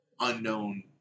unknown